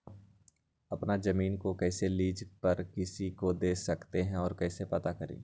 अपना जमीन को कैसे लीज पर किसी को दे सकते है कैसे पता करें?